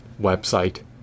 website